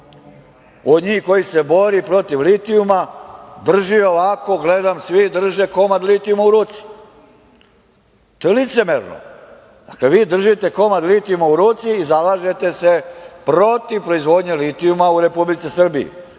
njih koji se bori protiv litijuma drži, gledam svi, drže komad litijuma u ruci. To je licemerno. Kad vi držite komad litijuma u ruci i zalažete se protiv proizvodnje litijuma u Republici Srbiji,